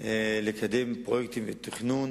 לקדם פרויקטים ותכנון